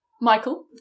Michael